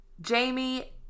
Jamie